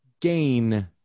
gain